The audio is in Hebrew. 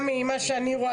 גם ממה שאני רואה,